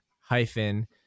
hyphen